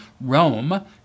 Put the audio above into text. Rome